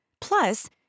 Plus